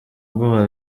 bwoba